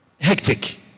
hectic